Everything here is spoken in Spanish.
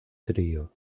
trío